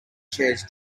chairs